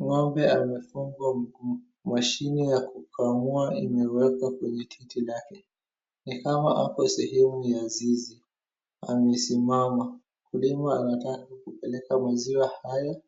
Ng'ombe amefungwa mguu, mashine ya kukamua imewekwa kwenye titi lake, ni kama ako sehemu ya zizi amesimama, mkulima anataka kupeleka maziwa hayo